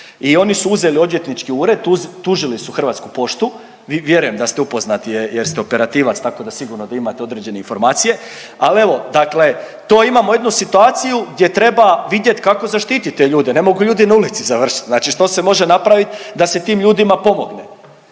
I oni su uzeli odvjetnički ured, tužili su Hrvatsku poštu, vjerujem da ste upoznati jer ste operativac tako da sigurno da imate određene informacije al evo dakle to imamo jednu situaciju gdje treba vidjet kako zaštitit te ljude, ne mogu ljudi na ulici završit, znači što se može napravit da se tim ljudima pomogne.